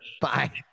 Bye